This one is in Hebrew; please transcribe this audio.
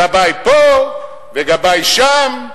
גבאי פה וגבאי שם,